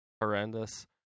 horrendous